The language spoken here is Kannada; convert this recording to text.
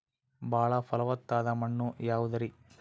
ಬಾಳ ಫಲವತ್ತಾದ ಮಣ್ಣು ಯಾವುದರಿ?